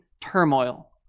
turmoil